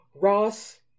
Ross